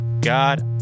God